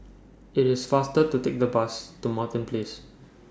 IT IS faster to Take The Bus to Martin Place